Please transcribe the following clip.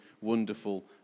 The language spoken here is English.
wonderful